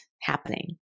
happening